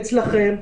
אצלכם.